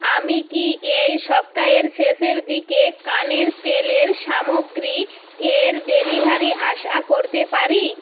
আমি কি এই সপ্তাহের শেষের দিকে কানের তেলের সামগ্রী এর ডেলিভারি আশা করতে পারি